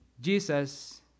Jesus